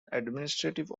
administrative